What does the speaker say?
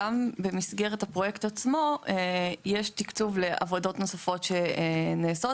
גם במסגרת הפרויקט עצמו יש תקצוב לעבודות נוספות שנעשות.